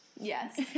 Yes